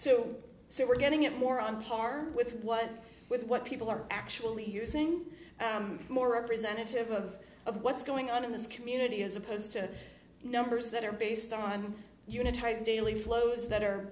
so we're getting it more on par with what with what people are actually using more representative of of what's going on in this community as opposed to numbers that are based on unitized daily flows that are